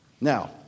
Now